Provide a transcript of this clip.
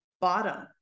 bottom